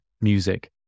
music